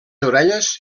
orelles